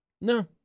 No